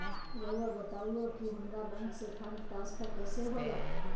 राउआ बताओ कि हामारा बैंक से फंड ट्रांसफर कैसे होला?